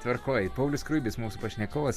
tvarkoj paulius skruibis mūsų pašnekovas